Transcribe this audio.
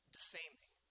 Defaming